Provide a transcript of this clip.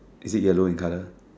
is it yellow in colour